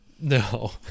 No